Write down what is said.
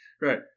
Right